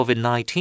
COVID-19